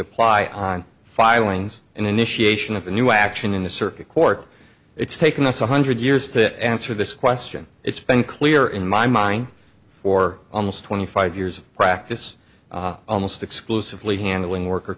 apply on filings and initiation of the new action in the circuit court it's taken us one hundred years to answer this question it's been clear in my mind for almost twenty five years of practice almost exclusively handling worker